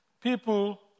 people